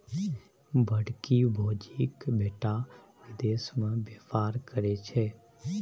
बड़की भौजीक बेटा विदेश मे बेपार करय छै